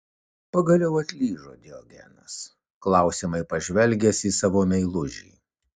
pagaliau atlyžo diogenas klausiamai pažvelgęs į savo meilužį